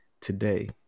Today